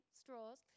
straws